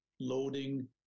loading